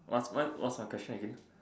what's what what's my question again